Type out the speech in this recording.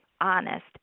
honest